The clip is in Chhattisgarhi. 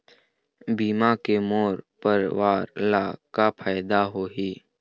बीमा के मोर परवार ला का फायदा होही?